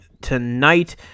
tonight